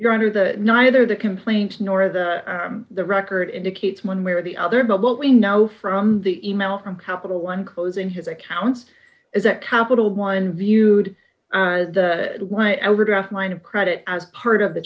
your honor that neither the complaint nor the the record indicates one way or the other but what we know from the email from capital one close in his accounts is that capital one viewed the why overdraft line of credit as part of the